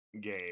game